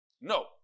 No